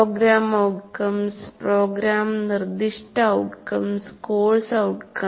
programme outcomes programme നിർദ്ദിഷ്ട outcomes course outcomes